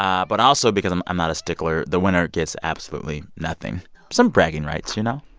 um but also, because i'm i'm not a stickler, the winner gets absolutely nothing some bragging rights, you know?